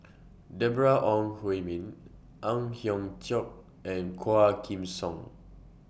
Deborah Ong Hui Min Ang Hiong Chiok and Quah Kim Song